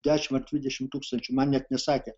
dešimt ar dvidešimt tūkstančių man net nesakė